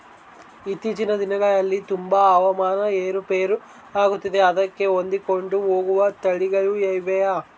ಇತ್ತೇಚಿನ ದಿನಗಳಲ್ಲಿ ತುಂಬಾ ಹವಾಮಾನ ಏರು ಪೇರು ಆಗುತ್ತಿದೆ ಅದಕ್ಕೆ ಹೊಂದಿಕೊಂಡು ಹೋಗುವ ತಳಿಗಳು ಇವೆಯಾ?